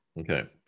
Okay